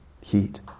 heat